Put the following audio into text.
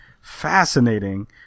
fascinating